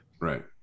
Right